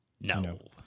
No